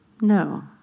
No